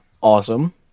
awesome